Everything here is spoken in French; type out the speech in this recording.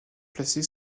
placée